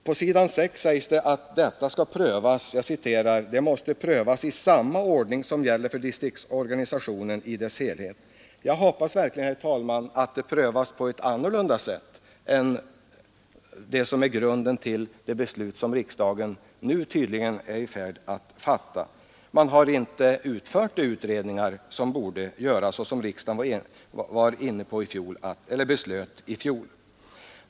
På s. 6 i betänkandet sägs att detta ”måste prövas i samma ordning som gäller för distriktsorganisationen i dess helhet”. Jag hoppas verkligen, herr talman, att det prövas på ett annorlunda sätt än vad som varit fallit med underlaget till det beslut som riksdagen nu är i färd att fatta. Man har inte utfört de utredningar som borde göras och som riksdagen i fjol fattade beslut om.